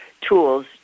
tools